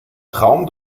traum